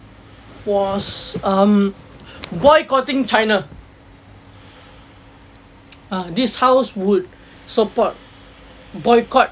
was um boycotting china this house would support boycott